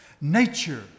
Nature